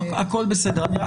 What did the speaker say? הכול בסדר.